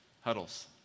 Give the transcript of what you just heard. huddles